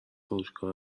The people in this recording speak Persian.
فروشگاه